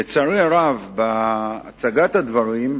לצערי הרב, בהצגת הדברים,